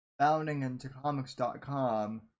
boundingintocomics.com